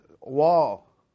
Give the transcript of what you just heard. wall